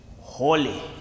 holy